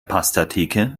pastatheke